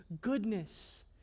goodness